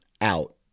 out